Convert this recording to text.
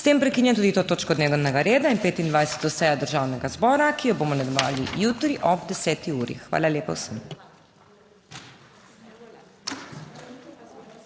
S tem prekinjam tudi to točko dnevnega reda in 25. sejo Državnega zbora, ki jo bomo nadaljevali jutri ob 10. uri. Hvala lepa vsem.